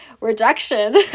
rejection